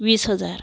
वीस हजार